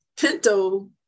pinto